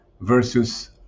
versus